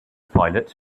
pilot